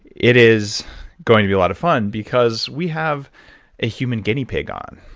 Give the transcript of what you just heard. it is going to be a lot of fun, because we have a human guinea pig on,